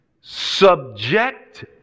subject